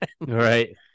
Right